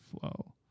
flow